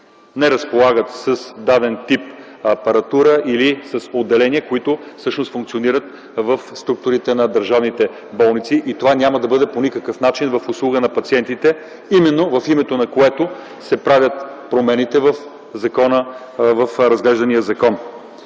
не разполагат с даден тип апаратура или отделения, които функционират в структурата на държавните болници. Това по никакъв начин няма да бъде в услуга на пациентите, именно в името на които се правят промените в разглеждания закон.